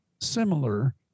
similar